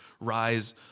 rise